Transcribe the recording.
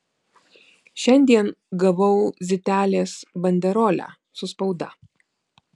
šiandien gavau zitelės banderolę su spauda